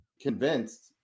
convinced